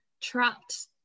trapped